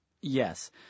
Yes